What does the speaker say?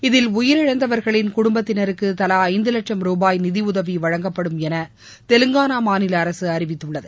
இதில் உயிரிழந்தவர்களின் குடுப்பத்தினருக்கு தலா ஐந்து லட்சும் ரூபாய் நிதியுதவி வழங்கப்படும் என தெலங்கானா மாநில அரசு அறிவித்துள்ளது